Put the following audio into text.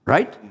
Right